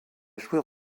jouer